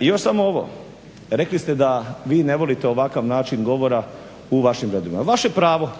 Još samo ovo, rekli ste da vi ne volite ovakav način govora u vašim redovima. Vaše pravo,